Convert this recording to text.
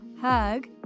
hug